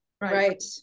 Right